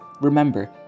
Remember